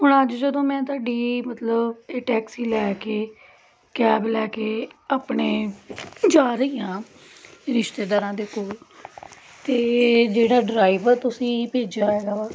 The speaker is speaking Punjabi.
ਹੁਣ ਅੱਜ ਜਦੋਂ ਮੈਂ ਤੁਹਾਡੀ ਮਤਲਬ ਇਹ ਟੈਕਸੀ ਲੈ ਕੇ ਕੈਬ ਲੈ ਕੇ ਆਪਣੇ ਜਾ ਰਹੀ ਹਾਂ ਰਿਸ਼ਤੇਦਾਰਾਂ ਦੇ ਕੋਲ ਅਤੇ ਜਿਹੜਾ ਡਰਾਈਵਰ ਤੁਸੀਂ ਭੇਜਿਆ ਹੈਗਾ ਵਾ